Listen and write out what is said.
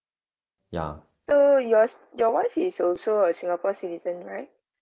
so yours your wife is also a singapore citizen right